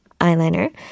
eyeliner